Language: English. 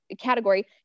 category